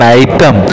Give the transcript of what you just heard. item